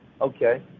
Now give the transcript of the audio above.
Okay